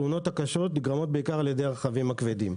התאונות הקשות נגרמות בעיקר על ידי הרכבים הכבדים.